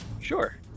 Sure